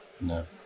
No